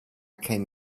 came